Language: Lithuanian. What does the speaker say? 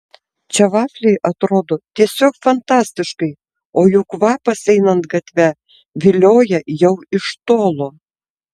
čia vafliai atrodo tiesiog fantastiškai o jų kvapas einant gatve vilioja jau iš tolo